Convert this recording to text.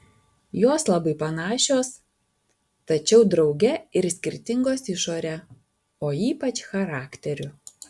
jos labai panašios tačiau drauge ir skirtingos išore o ypač charakteriu